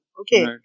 Okay